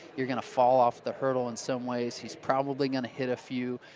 you're going to fall off the hurdle in some ways. he's probably going to hit a few.